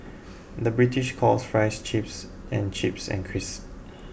the British calls Fries Chips and Chips and Crisps